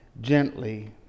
gently